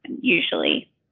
usually